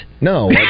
No